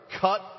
cut